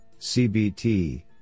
CBT